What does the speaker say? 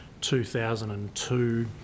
2002